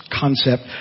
concept